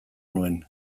nuen